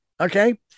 okay